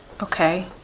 Okay